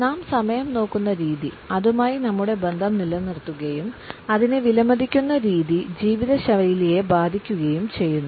നാം സമയം നോക്കുന്ന രീതി അതുമായി നമ്മുടെ ബന്ധം നിലനിർത്തുകയും അതിനെ വിലമതിക്കുന്ന രീതി ജീവിതശൈലിയെ ബാധിക്കുകയും ചെയ്യുന്നു